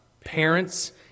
parents